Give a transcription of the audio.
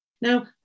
Now